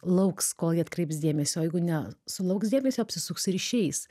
lauks kol į jį atkreips dėmesį o jeigu ne sulauks dėmesio apsisuks ir išeis